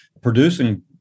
producing